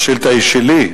השאילתא היא שלי,